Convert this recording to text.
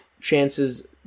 chances